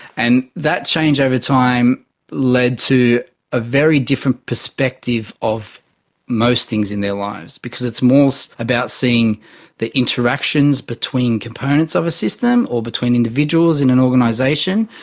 and that change over time led to a very different perspective of most things in their lives, because it's more about seeing the interactions between components of a system or between individuals in an organisation,